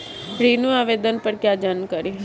ऋण आवेदन पर क्या जानकारी है?